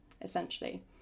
essentially